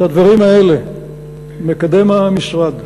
את הדברים האלה מקדם המשרד,